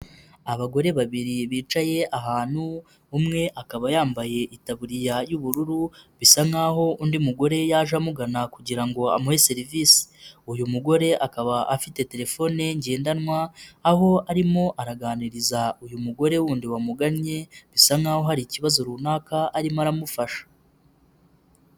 Abagore babiri bicaye ahantu, umwe akaba yambaye itaburiya y'ubururu, bisa nk'aho undi mugore yaje amugana kugira ngo amuhe serivisi, uyu mugore akaba afite telefone ngendanwa, aho arimo araganiriza uyu mugore wundi wamugannye, bisa nk'aho hari ikibazo runaka arimo aramufasha.